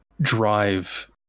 drive